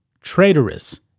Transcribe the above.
traitorous